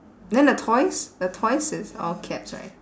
then the toys the toys is all caps right